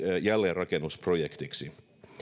jälleenrakennusprojektiksi